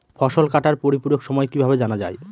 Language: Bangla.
ফসল কাটার পরিপূরক সময় কিভাবে জানা যায়?